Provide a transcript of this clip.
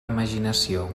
imaginació